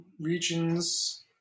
regions